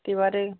এবারে